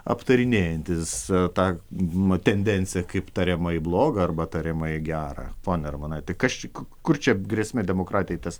aptarinėjantys tą m tendenciją kaip tariamai blogą arba tariamai gerą ponia armonaite kas čia kur čia grėsme demokratijai tas